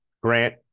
Grant